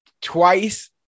twice